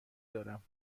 دارم